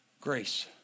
grace